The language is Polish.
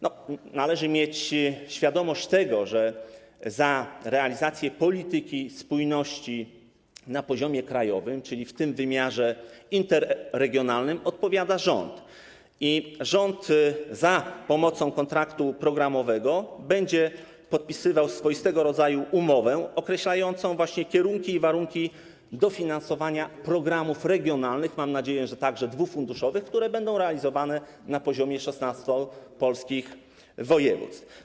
Należy mieć świadomość tego, że za realizację polityki spójności na poziomie krajowym, czyli w wymiarze interregionalnym, odpowiada rząd i rząd za pomocą kontraktu programowego będzie podpisywał swoistego rodzaju umowę określającą kierunki i warunki dofinansowania programów regionalnych, mam nadzieję, że także dwufunduszowych, które będą realizowane na poziomie 16 polskich województw.